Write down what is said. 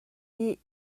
dih